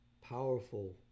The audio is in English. powerful